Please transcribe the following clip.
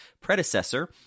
predecessor